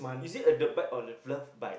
is it a the bite or a love bite